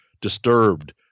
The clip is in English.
Disturbed